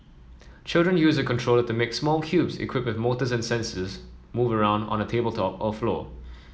children use a controller to make small cubes equipped with motors and sensors move around on a tabletop or floor